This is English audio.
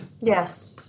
Yes